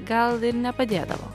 gal ir nepadėdavo